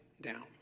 down